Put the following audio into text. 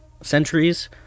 centuries